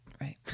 Right